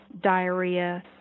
diarrhea